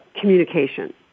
communication